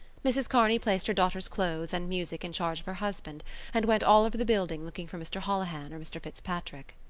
mrs. kearney placed her daughter's clothes and music in charge of her husband and went all over the building looking for mr. holohan or mr. fitzpatrick.